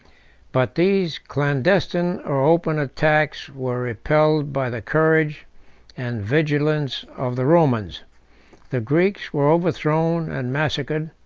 but these clandestine or open attacks were repelled by the courage and vigilance of the romans the greeks were overthrown and massacred,